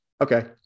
Okay